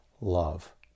love